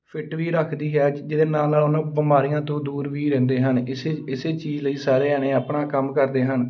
fit ਵੀ ਰੱਖਦੀ ਹੈ ਜਿਹਦੇ ਨਾਲ ਨਾਲ ਉਹਨਾਂ ਬਿਮਾਰੀਆਂ ਤੋਂ ਦੂਰ ਵੀ ਰਹਿੰਦੇ ਹਨ ਇਸੇ ਇਸੇ ਚੀਜ਼ ਲਈ ਸਾਰਿਆਂ ਨੇ ਆਪਣਾ ਕੰਮ ਕਰਦੇ ਹਨ